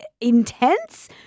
intense